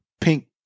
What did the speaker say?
pink